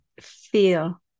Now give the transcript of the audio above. feel